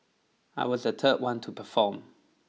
I was the third one to perform